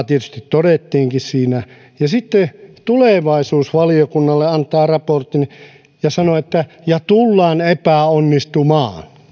tietysti todettiinkin siinä ja sitten tulevaisuusvaliokunnalle antanut raportin jossa sanotaan että ja tulemme epäonnistumaan